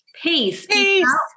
Peace